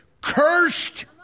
cursed